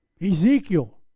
Ezekiel